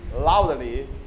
loudly